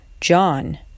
John